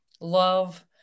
love